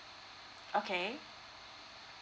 okay